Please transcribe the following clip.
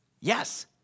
Yes